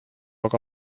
aga